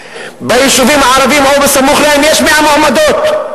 ביישובים הערביים או בסמוך להם יש 100 מועמדות.